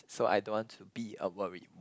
so I don't want to be a worry